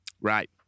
right